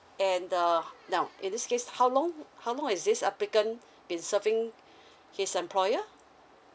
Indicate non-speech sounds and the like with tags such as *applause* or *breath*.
and the now in this case how long how long is this applicant been serving *breath* his employer